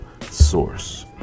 source